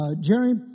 Jerry